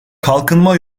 kalkınma